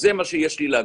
אז זה מה שיש לי להגיד,